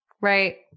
Right